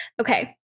Okay